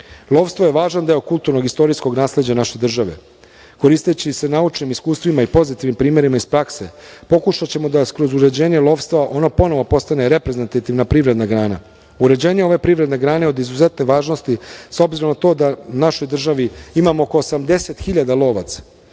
je važan deo kulturnog i istorijskog nasleđa naše države. Koristeći se naučnim iskustvima i pozitivnim primerima iz prakse, pokušaćemo da kroz uređenje lovstva ono ponovo postane reprezentativna privredna grana. Uređenje ove privredne grane je od izuzetne važnosti, s obzirom na to da u našoj državi imamo oko 80.000 lovaca.